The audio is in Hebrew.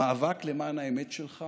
המאבק למען האמת שלך